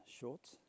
shorts